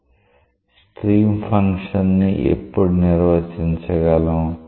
stream function ని ఎప్పుడు నిర్వచించగలం